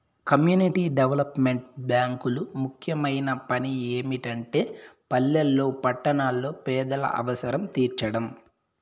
community development బ్యేంకులు ముఖ్యమైన పని ఏమిటంటే పల్లెల్లో పట్టణాల్లో పేదల అవసరం తీర్చడం